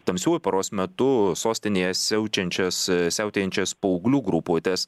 tamsiuoju paros metu sostinėje siaučiančias siautėjančias paauglių grupuotes